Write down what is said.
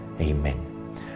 Amen